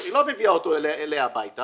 היא לא מביאה אותו אליה הביתה